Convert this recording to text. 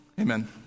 Amen